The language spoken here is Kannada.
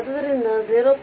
ಆದ್ದರಿಂದ 0